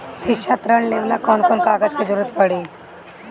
शिक्षा ऋण लेवेला कौन कौन कागज के जरुरत पड़ी?